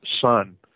son